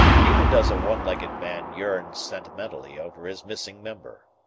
neither does a one-legged man yearn sentimentally over his missing member.